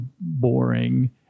boring